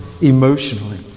emotionally